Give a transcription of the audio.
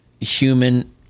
human